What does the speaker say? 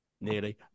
nearly